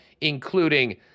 including